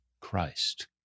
Christ